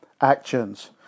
actions